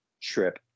trip